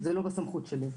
זה לא בסמכות שלי.